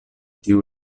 tiu